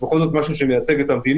זה בכל זאת משהו שמייצג את המדינה